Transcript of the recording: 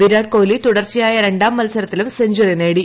വിരാട് കോഹ്ലി തുടർച്ചയായ രണ്ടാം മത്സരത്തിലും സെഞ്ചുറി നേടി